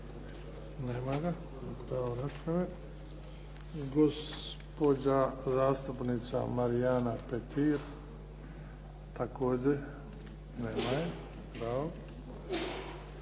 Nema ga. Gospođa zastupnica Marijana Petir. Također nema